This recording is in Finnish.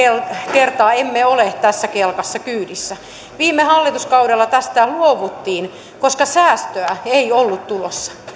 kertaa emme ole tässä kelkassa kyydissä viime hallituskaudella tästä luovuttiin koska säästöä ei ollut tulossa